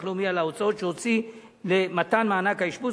לאומי על ההוצאות שהוציא למתן מענק האשפוז,